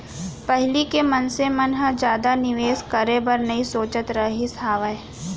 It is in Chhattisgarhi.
पहिली के मनसे मन ह जादा निवेस करे बर नइ सोचत रहिस हावय